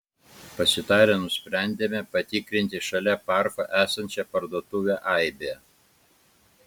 pasitarę nusprendėme patikrinti šalia parko esančią parduotuvę aibė